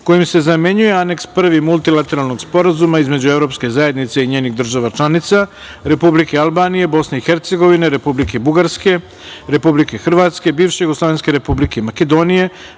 kojim se zamenjuje Aneks I Multilateralnog sporazuma između Evropske zajednice i njenih država članica, Republike Albanije, Bosne i Hercegovine, Republike Bugarske, Republike Hrvatske, Bivše Jugoslovenske Republike Makedonije,